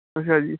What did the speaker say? ਅੱਛਾ ਜੀ